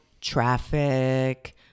traffic